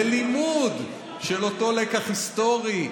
ללימוד של אותו לקח היסטורי,